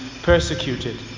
persecuted